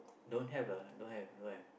don't have lah don't have don't have